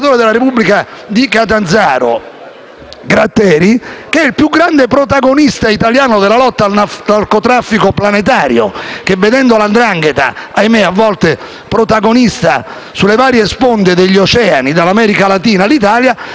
Gratteri, il più grande protagonista italiano della lotta al narcotraffico planetario, vedendo la 'ndrangheta, ahimè, a volte protagonista sulle varie sponde degli oceani, dall'America Latina all'Italia, ha dovuto contrastare fenomeni